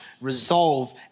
resolve